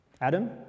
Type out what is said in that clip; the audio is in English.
Adam